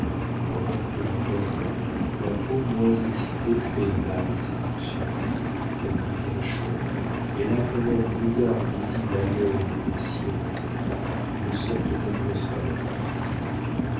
pendant que nous dormons la peau moins excitée fait mal ses fonctions elle devient chaude elle a comme un brouillard visible à l'œil des cirons une sorte d'atmosphère